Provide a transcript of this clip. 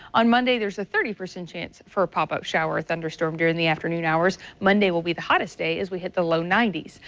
on monday a thirty percent chance for pop-up shower or thunderstorm during the afternoon hours. monday will be the hottest day as we hit the low ninety s.